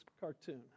cartoon